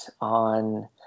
on